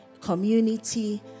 community